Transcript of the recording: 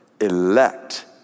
elect